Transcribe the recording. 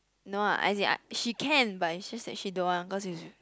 no lah as in I she can but she is just that she don't want cause is